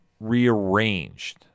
rearranged